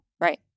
right